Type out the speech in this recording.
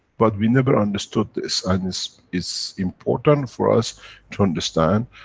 but we never understood this and is, is important for us to understand,